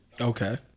Okay